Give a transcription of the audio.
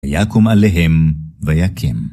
יקום עליהם ויכם